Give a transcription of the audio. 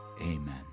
Amen